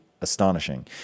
astonishing